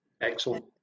Excellent